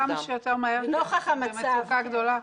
כמה שיותר מהר, כי זו מצוקה גדולה.